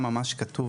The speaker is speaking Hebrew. בנוסח ממש כתוב